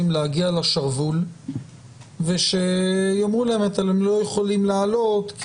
להגיע לשרוול ושיאמרו להם שהם לא יכולים לעלות.